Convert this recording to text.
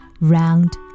round